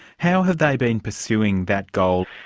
how have they been pursuing that goal?